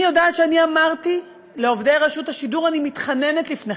אני יודעת שאני אמרתי לעובדי רשות השידור: אני מתחננת בפניכם,